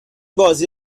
بازی